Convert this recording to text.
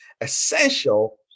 essential